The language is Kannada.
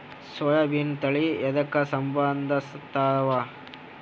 ಸೋಯಾಬಿನ ತಳಿ ಎದಕ ಸಂಭಂದಸತ್ತಾವ?